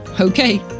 Okay